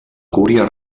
cúria